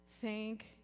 thank